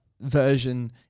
version